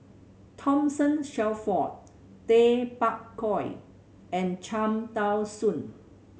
Thomas Shelford Tay Bak Koi and Cham Tao Soon